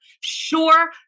sure